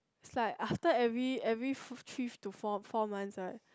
it's like after every every thr~ three to four four months right